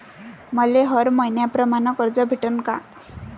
मले हर मईन्याप्रमाणं कर्ज भेटन का?